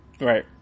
Right